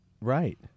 Right